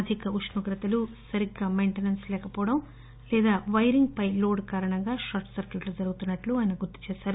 అధిక ఉష్ణోగ్రతలు సరిగ్గా మెయింటెనెన్స్ లేకపోవడం లేదా పైరింగ్ పై లోడ్ కారణంగా షార్ట్ సర్క్యాట్లు జరుగుతున్నట్లు ఆయన గుర్తుచేశారు